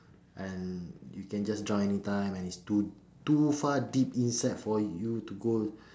and you can just drown any time and is too too far deep inside for you to go